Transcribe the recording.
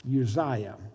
Uzziah